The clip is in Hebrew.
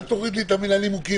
אל תוריד לי את המילה "נימוקים".